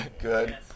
good